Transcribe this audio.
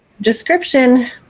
description